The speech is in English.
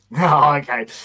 Okay